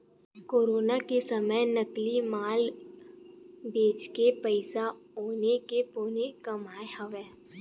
corona के समे नकली माल बेचके पइसा औने के पौने कमाए हवय